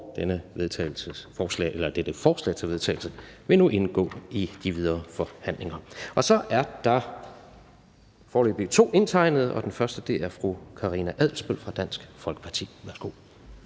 og dette forslag til vedtagelse vil nu indgå i de videre forhandlinger. Så er der foreløbig to indtegnet til korte bemærkninger, og den første er fru Karina Adsbøl fra Dansk Folkeparti. Værsgo.